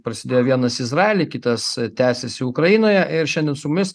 prasidėjo vienas izraely kitas tęsiasi ukrainoje ir šiandien su mumis